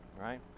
right